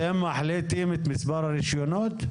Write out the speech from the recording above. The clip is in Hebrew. אתם מחליטים את משרד הרישיונות?